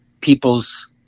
people's